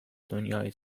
دنیای